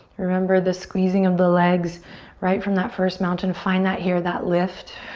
remember the squeezing of the legs right from that first mountain? find that here, that lift.